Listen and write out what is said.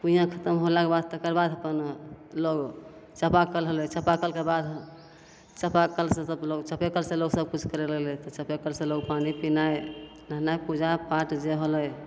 कुइआँ खतम होलाके बाद तकर बाद अपन लोक चापाकल होलै चापाकलके बाद चापाकलसे सभलोक चापेकलसे लोक सभकिछु करै लगलै तऽ चापेकलसे लोक पानी पिनाइ नहेनाइ पूजापाठ जे होलै